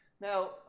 Now